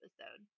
episode